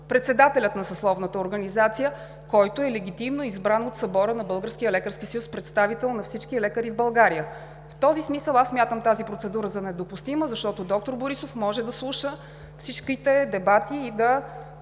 председателят на съсловната организация, който е легитимно избран от Събора на Българския лекарски съюз, представител на всички лекари в България. В този смисъл смятам процедурата за недопустима, защото доктор Борисов може да слуша всичките дебати и да